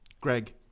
Greg